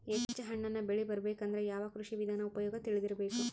ಹೆಚ್ಚು ಹಣ್ಣನ್ನ ಬೆಳಿ ಬರಬೇಕು ಅಂದ್ರ ಯಾವ ಕೃಷಿ ವಿಧಾನ ಉಪಯೋಗ ತಿಳಿದಿರಬೇಕು?